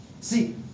See